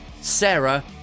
Sarah